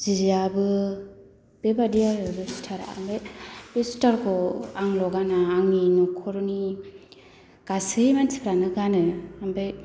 जियाबो बेबादि आरो बे सुइथारा ओमफ्राय बे सुइथारखौ आंल' गाना आंनि नखरनि गासै मानसिफ्रानो गानो बे